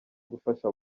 gufasha